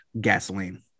gasoline